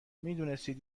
میدونستید